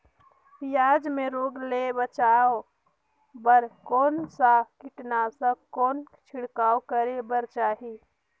पियाज मे रोग ले बचाय बार कौन सा कीटनाशक कौन छिड़काव करे बर चाही?